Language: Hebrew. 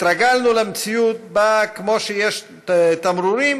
התרגלנו למציאות שבה כמו שיש תמרורים,